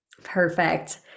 Perfect